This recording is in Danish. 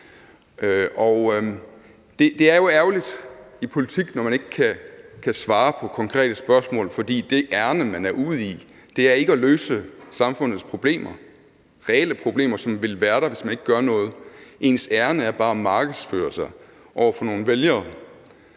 Det er jo ærgerligt i politik, når man ikke kan svare på konkrete spørgsmål, fordi det ærinde, man er ude i, ikke er at løse samfundets problemer – reelle problemer, som vil være der, hvis man ikke gør noget – men ens ærinde bare er at markedsføre sig over for nogle vælgere